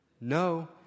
no